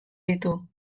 ditu